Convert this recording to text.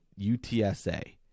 UTSA